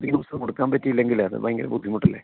books കൊടുക്കാൻ പറ്റിയില്ലെങ്കിൽ അതു ഭയങ്കര ബുദ്ധിമുട്ടല്ലേ